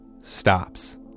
stops